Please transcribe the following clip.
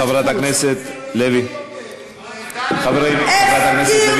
חברת הכנסת לוי, תסיימי.